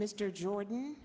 mr jordan